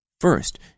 First